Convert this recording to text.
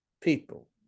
people